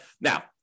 Now